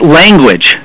language